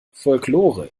folklore